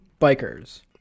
bikers